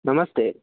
నమస్తే